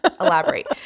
elaborate